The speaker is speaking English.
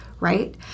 Right